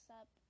up